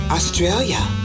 Australia